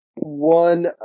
One